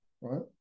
Right